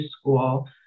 school